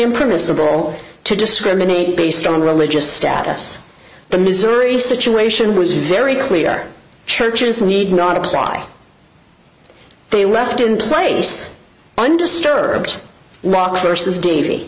impermissible to discriminate based on religious status the missouri situation was very clear churches need not apply they left in place undisturbed rock sources d